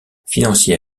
financier